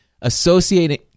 Associating